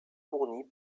fournies